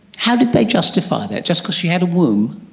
how did they justify that, just because she had a womb?